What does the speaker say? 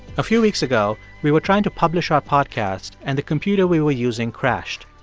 a few weeks ago, we were trying to publish our podcast and the computer we were using crashed.